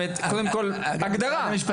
קודם כל הגדרה.